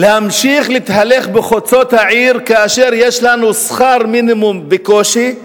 להמשיך להתהלך בחוצות העיר כאשר יש לנו שכר מינימום בקושי,